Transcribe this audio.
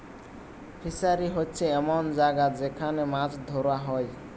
fishery হোচ্ছে এমন জাগা যেখান মাছ ধোরা হয়